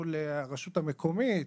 הרשות המקומית,